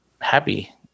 happy